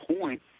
point